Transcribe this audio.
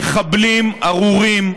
מחבלים ארורים,